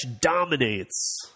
dominates